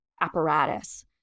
apparatus